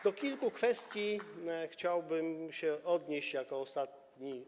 Do kilku kwestii chciałbym się odnieść jako ostatni.